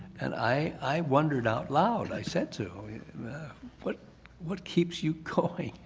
and i wondered out loud i said to but what keeps you going?